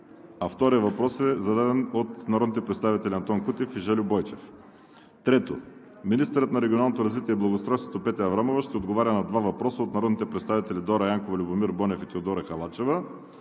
вторият въпрос е зададен от народните представители Антон Кутев и Жельо Бойчев. 3. Министърът на регионалното развитие и благоустройството Петя Аврамова ще отговаря на два въпроса – от народните представители Дора Янкова, Любомир Бонев и Теодора Халачева,